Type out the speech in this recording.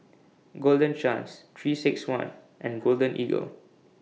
Golden Chance three six one and Golden Eagle